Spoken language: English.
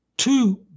Two